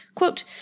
Quote